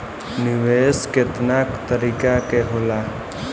निवेस केतना तरीका के होला?